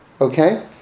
okay